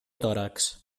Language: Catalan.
tòrax